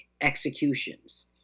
executions